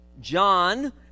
john